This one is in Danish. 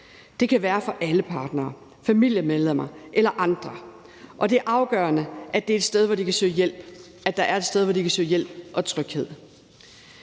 Det kan være fra alle partnere, familiemedlemmer eller andre, og det er afgørende, at der er et sted, hvor de kan søge hjælp og tryghed.